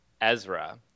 Ezra